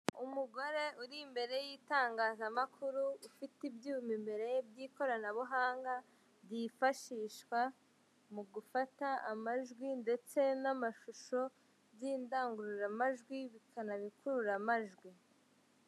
Umugore uri imbere y'itangazamakuru ufite ibyuma imbere by'ikoranabuhanga byiyifashishwa mu gufata amajwi ndetse n'amashusho by'indangururamajwi bikanakurura amajwi.